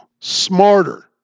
smarter